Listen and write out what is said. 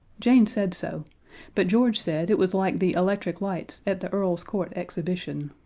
jane said so but george said it was like the electric lights at the earl's court exhibition.